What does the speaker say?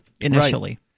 initially